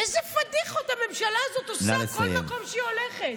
אילו פדיחות הממשלה הזאת עושה בכל מקום שאליו היא הולכת.